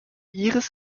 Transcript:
iris